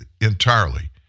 entirely